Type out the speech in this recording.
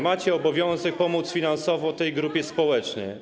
Macie obowiązek pomóc finansowo tej grupie społecznej.